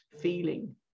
feeling